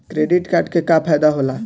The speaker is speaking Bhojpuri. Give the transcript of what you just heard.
क्रेडिट कार्ड के का फायदा होला?